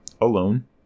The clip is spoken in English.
alone